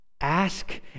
ask